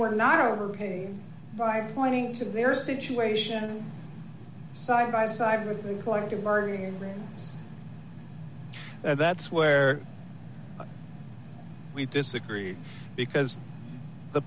were not overpaying by pointing to their situation side by side with the collective bargaining room and that's where we disagree because the